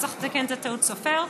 צריך רק לתקן את טעות הסופר.